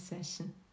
session